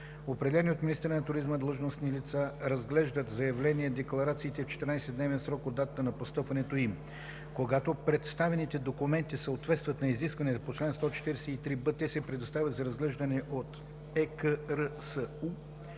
Определени от министъра на туризма длъжностни лица разглеждат заявления-декларациите в 14-дневен срок от датата на постъпването им. Когато представените документи съответстват на изискванията на чл. 143б, те се представят за разглеждане от ЕКРСУ,